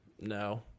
No